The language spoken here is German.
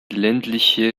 ländliche